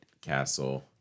Castle